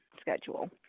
schedule